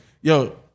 Yo